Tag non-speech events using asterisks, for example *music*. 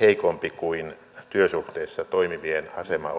heikompi kuin työsuhteessa toimivien asema *unintelligible*